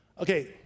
Okay